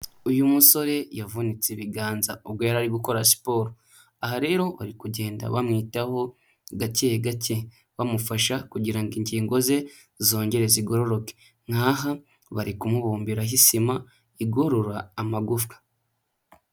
Uyu musore yavunitse ibiganza ubwo yari ari gukora siporo, aha rero bari kugenda bamwitaho gake gake bamufasha kugira ngo ingingo ze zongere zigororoke, nk'aha bari kumubumbiraho isima igorora amagufwa.